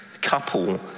couple